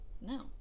No